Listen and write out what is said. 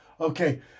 Okay